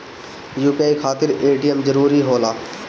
UPI खातिर ATM जरूरी होला?